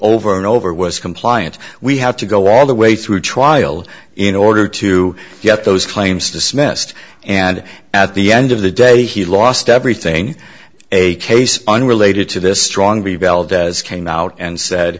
over and over was compliant we have to go all the way through trial in order to get those claims dismissed and at the end of the day he lost everything a case unrelated to this strong b valdes came out and said